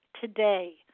today